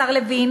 השר לוין,